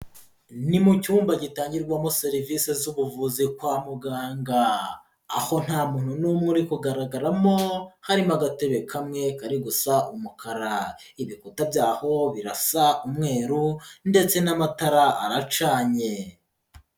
Ni mu cyumba gitangirwamo serivisi z'ubuvuzi kwa muganga, aho nta muntu n'umwe uri kugaragaramo, harimo agatebe kamwe kari gusa umukara, ibikuta byaho birasa umweru ndetse n'amatara aracanye.